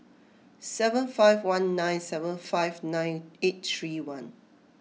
seven five one nine seven five nine eight three one